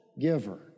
giver